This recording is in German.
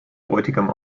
bräutigam